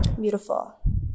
Beautiful